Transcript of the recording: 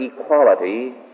equality